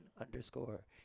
underscore